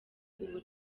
ubu